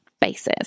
basis